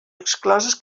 exclosos